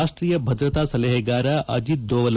ರಾಷ್ತೀಯ ಭದ್ರತಾ ಸಲಹೆಗಾರ ಅಜಿತ್ ದೋವಲ್